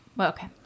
okay